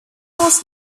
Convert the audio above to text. was